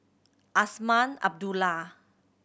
Azman Abdullah